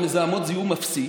או מזהמות זיהום אפסי,